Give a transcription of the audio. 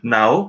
now